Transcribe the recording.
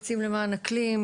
עצים למען אקלים,